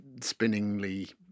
spinningly